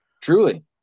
Truly